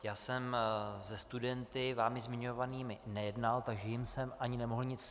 Já jsem se studenty vámi zmiňovanými nejednal, takže jim jsem ani nemohl nic slíbit.